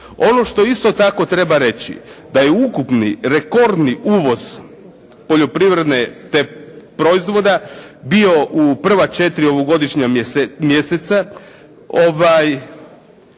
Ono što isto tako treba reći, da je ukupni rekordni uvoz poljoprivrednih proizvoda bio u prva četiri ovogodišnja mjeseca.